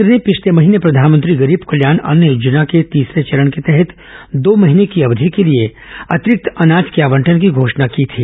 केन्द्र ने पिछले महीने प्रधानमंत्री गरीब कल्याण अन्न योजना के तीसरे चरण के तहत दो महीने की अवधि के लिए अतिरिक्त अनाज के आवंटन की घोषणा की थी